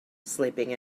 sleeping